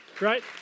right